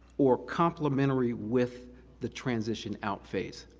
or complementary with the transition out phase,